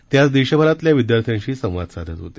ते आज देशभरातल्या विदयार्थ्यांशी संवाद साधत होते